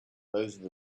those